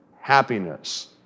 happiness